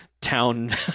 town